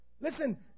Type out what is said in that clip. Listen